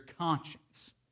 conscience